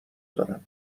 دارم